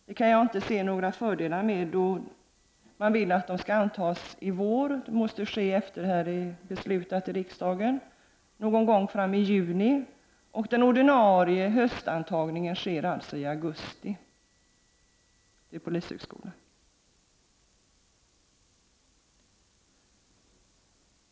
Jag kan inte se någon fördel med detta, eftersom man vill att de skall antas i vår. Det måste ske efter det att vi har fattat beslut i riksdagen — någon gång i juni. Den ordinarie höstantagningen till polishögskolan sker i augusti.